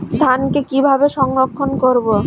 ধানকে কিভাবে সংরক্ষণ করব?